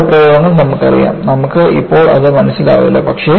ആ പദപ്രയോഗങ്ങൾ നമുക്കറിയാം നമുക്ക് ഇപ്പോൾ ഇത് മനസ്സിലാവില്ല